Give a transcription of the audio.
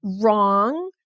wrong